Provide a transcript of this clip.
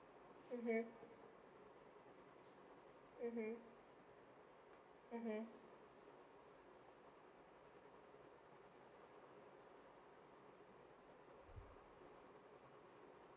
mmhmm